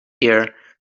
year